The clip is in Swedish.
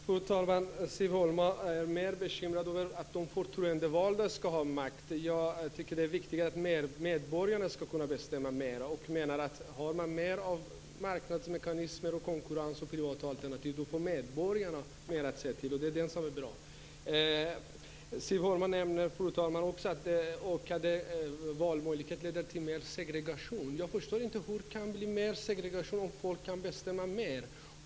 Fru talman! Siv Holma är mer angelägen om att de förtroendevalda ska ha makt. Jag tycker att det är viktigare att medborgarna ska kunna bestämma mera. Har man mer av marknadsmekanismer, konkurrens och privata alternativ får medborgarna mer att säga till om, och det är bra. Fru talman! Siv Holma nämner också att ökade valmöjligheter leder till mer av segregation. Jag förstår inte hur det kan bli segregation om folk kan få bestämma mer.